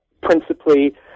principally